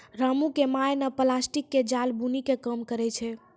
रामू के माय नॅ प्लास्टिक के जाल बूनै के काम करै छै